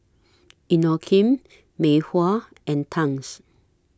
Inokim Mei Hua and Tangs